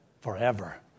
Forever